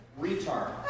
Retard